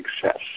success